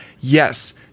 yes